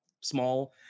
small